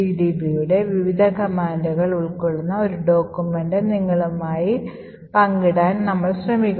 gdb യുടെ വിവിധ കമാൻഡുകൾ ഉൾക്കൊള്ളുന്ന ഒരു Document നിങ്ങളുമായി പങ്കിടാൻ നമ്മൾ ശ്രമിക്കും